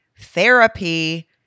therapy